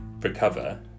recover